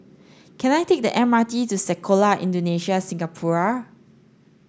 can I take the M R T to Sekolah Indonesia Singapura